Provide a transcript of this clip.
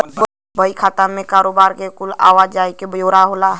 बही खाता मे कारोबार के कुल आवा जाही के ब्योरा होला